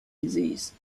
disease